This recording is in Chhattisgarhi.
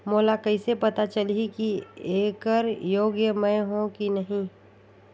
मोला कइसे पता चलही की येकर योग्य मैं हों की नहीं?